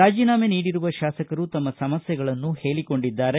ರಾಜೀನಾಮೆ ನೀಡಿರುವ ಶಾಸಕರು ತಮ್ಮ ಸಮಸ್ಥೆಗಳನ್ನು ಹೇಳಕೊಂಡಿದ್ದಾರೆ